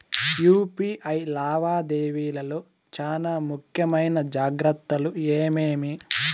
UPI లావాదేవీల లో చానా ముఖ్యమైన జాగ్రత్తలు ఏమేమి?